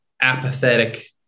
apathetic